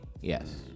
yes